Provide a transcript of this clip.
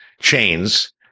chains